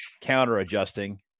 counter-adjusting